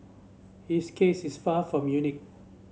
his case is far from unique